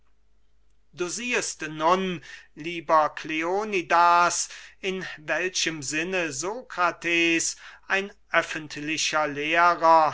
du siehest nun lieber kleonidas in welchem sinne sokrates ein öffentlicher lehrer